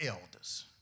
elders